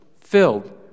filled